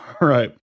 right